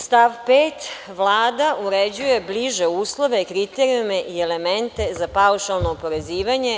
Stav 5. – Vlada uređuje bliže uslove i kriterijume i elemente za paušalno oporezivanje.